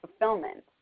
fulfillment